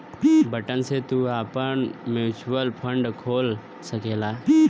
button से तू आपन म्युचुअल फ़ंड खोल सकला